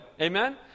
Amen